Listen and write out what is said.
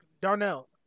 Darnell